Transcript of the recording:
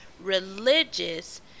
religious